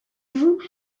joue